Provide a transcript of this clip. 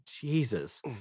jesus